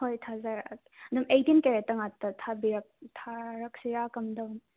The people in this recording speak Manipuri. ꯍꯣꯏ ꯊꯥꯖꯔꯛꯑꯒꯦ ꯑꯗꯨꯝ ꯑꯩꯇꯤꯟ ꯀꯦꯔꯦꯠꯇ ꯉꯥꯛꯇ ꯊꯥꯕꯤꯔꯛ ꯊꯥꯔꯛꯁꯤꯔ ꯀꯝꯗꯧꯅꯤ